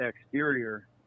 exterior